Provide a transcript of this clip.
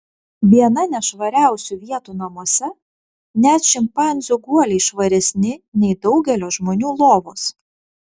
viena nešvariausių vietų namuose net šimpanzių guoliai švaresni nei daugelio žmonių lovos